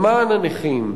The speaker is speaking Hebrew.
למען הנכים,